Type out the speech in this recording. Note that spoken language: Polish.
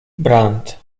brant